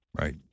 Right